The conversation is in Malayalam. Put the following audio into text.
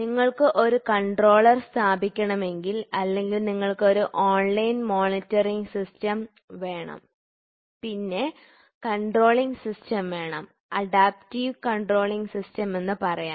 നിങ്ങൾക്ക് ഒരു കൺട്രോളർ സ്ഥാപിക്കണമെങ്കിൽ അല്ലെങ്കിൽ നിങ്ങൾക്ക് ഒരു ഓൺലൈൻ മോണിറ്ററിംഗ് സിസ്റ്റം വേണം പിന്നെ കൺട്രോളിങ് സിസ്റ്റം വേണം അഡാപ്റ്റീവ് കൺട്രോളിംഗ് സിസ്റ്റം എന്ന് പറയാം